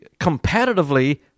competitively